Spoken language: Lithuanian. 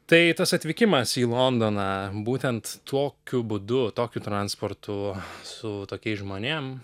tai tas atvykimas į londoną būtent tokiu būdu tokiu transportu su tokiais žmonėm